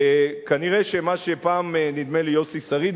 נראה שמה שפעם אמר יוסי שריד,